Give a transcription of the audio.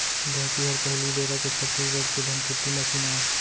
ढेंकी हर पहिली बेरा के छत्तीसगढ़ के धनकुट्टी मसीन आय